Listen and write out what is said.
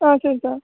ஆ சரி சார்